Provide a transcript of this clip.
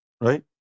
right